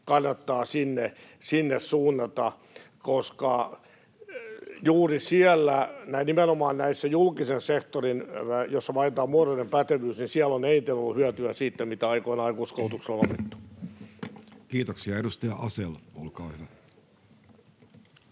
kannattaa sinne suunnata, koska juuri siellä, nimenomaan näissä julkisen sektorin tehtävissä, joissa vaaditaan muodollinen pätevyys, on eniten ollut hyötyä siitä, mitä aikoinaan aikuiskoulutuksella on haettu. Kiitoksia. — Edustaja Asell, olkaa hyvä.